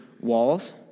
walls